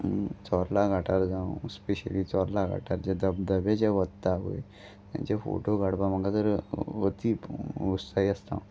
चोर्ला घाटार जावं स्पेशली चोर्ला घाटार जे धबधबे जे वत्ता पय तेंचे फोटो काडपाक म्हाका तर अती उत्साही आसतां हांव